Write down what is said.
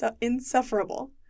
insufferable